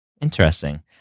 Interesting